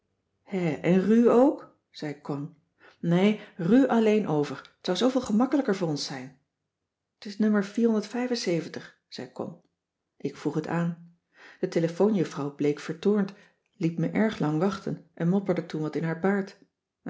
hè en ru ook zei con nee ru alleen over t zou zooveel gemakkelijker voor ons zijn t s o zei con ik vroeg het aan de telefoonjuffrouw bleek vertoornd liet me erg lang wachten en mopperde toen wat in haar baard